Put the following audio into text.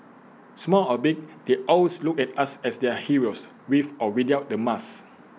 small or big they always look at us as their heroes with or without the mask